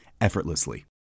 effortlessly